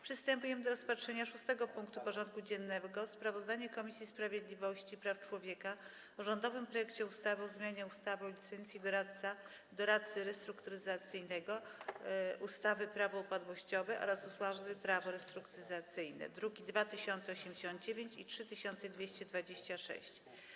Przystępujemy do rozpatrzenia punktu 6. porządku dziennego: Sprawozdanie Komisji Sprawiedliwości i Praw Człowieka o rządowym projekcie ustawy o zmianie ustawy o licencji doradcy restrukturyzacyjnego, ustawy Prawo upadłościowe oraz ustawy Prawo restrukturyzacyjne (druki nr 2089 i 3226)